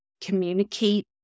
communicate